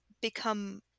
become